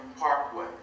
Parkway